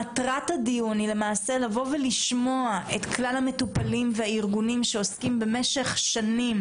מטרת הדיון היא לשמוע את כלל המטופלים והארגונים שעוסקים במשך שנים,